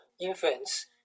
infants